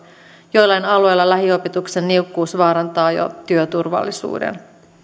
joillain alueilla lähiopetuksen niukkuus vaarantaa jo työturvallisuuden